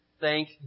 Thank